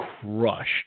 crushed